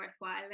worthwhile